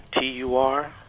T-U-R